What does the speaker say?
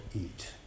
eat